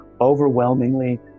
Overwhelmingly